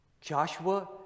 Joshua